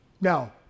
Now